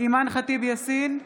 אימאן ח'טיב יאסין,